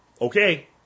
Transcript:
okay